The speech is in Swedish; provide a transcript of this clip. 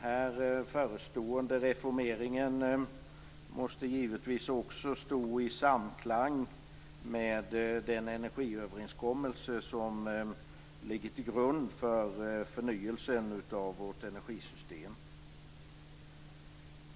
Den förestående reformeringen måste givetvis också stå i samklang med den energiöverenskommelse som ligger till grund för förnyelsen av vårt energisystem.